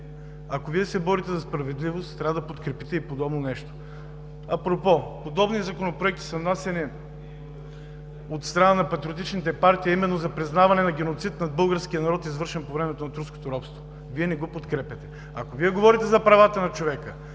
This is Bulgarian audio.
ако Вие се борите за справедливост, трябва да подкрепите подобно нещо. Апропо, подобни законопроекти са внасяни от страна на патриотичните партии – именно за признаване на геноцид над българския народ, извършен по времето на турското робство. Вие не ги подкрепяте. Ако говорите за правата на човека,